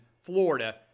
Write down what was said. Florida